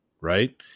right